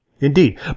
Indeed